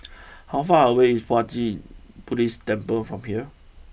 how far away is Puat Jit Buddhist Temple from here